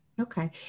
Okay